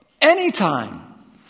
anytime